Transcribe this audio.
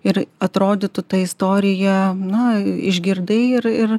ir atrodytų ta istorija na išgirdai ir ir